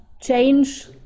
change